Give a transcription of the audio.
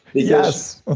yes ah